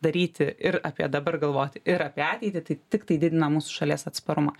daryti ir apie dabar galvoti ir apie ateitį tai tiktai didina mūsų šalies atsparumą